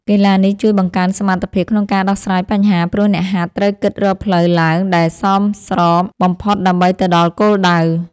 កីឡានេះជួយបង្កើនសមត្ថភាពក្នុងការដោះស្រាយបញ្ហា ព្រោះអ្នកហាត់ត្រូវគិតរកផ្លូវឡើងដែលសមស្របបំផុតដើម្បីទៅដល់គោលដៅ។